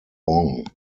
wong